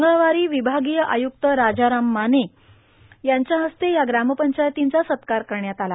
मंगळवारी विभागीय आय्क्त राजाराम माने यांच्या हस्ते या ग्रामपंचायतींचा सत्कार करण्यात आला